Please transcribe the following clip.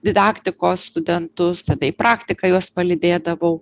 didaktikos studentus tada į praktiką juos palydėdavau